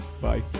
Bye